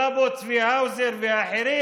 עלו פה צבי האוזר ואחרים,